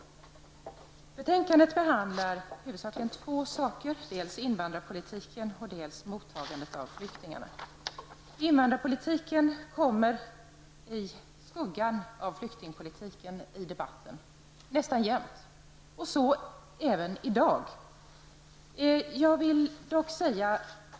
I betänkandet behandlas två saker, dels invandrarpolitiken, dels mottagandet av flyktingarna. Invandrarpolitiken kommer i skuggan av flyktingpolitiken nästan jämt i debatten, så även i dag.